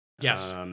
Yes